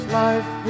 life